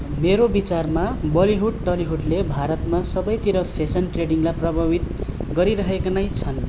मेरो विचारमा बलिवुड टलिवुडले भारतमा सबैतिर फेसन ट्रेडिङलाई प्रभावित गरिरहेको नै छन्